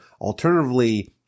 Alternatively